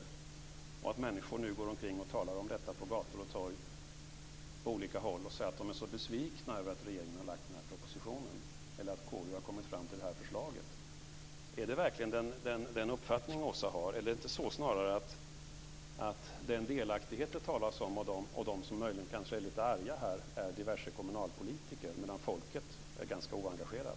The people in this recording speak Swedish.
Är det så att människor nu går omkring och talar om detta på gator och torg på olika håll och säger att de är besvikna över att regeringen har lagt fram den här propositionen eller att KU har kommit fram till det här förslaget? Är det verkligen den uppfattningen Åsa har? Är det inte så med den delaktighet det talas om här att de som möjligen är lite arga snarare är diverse kommunalpolitiker medan folket är ganska oengagerat?